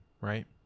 right